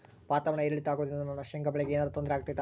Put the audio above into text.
ವಾತಾವರಣ ಏರಿಳಿತ ಅಗೋದ್ರಿಂದ ನನ್ನ ಶೇಂಗಾ ಬೆಳೆಗೆ ಏನರ ತೊಂದ್ರೆ ಆಗ್ತೈತಾ?